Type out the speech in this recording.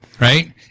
right